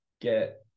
get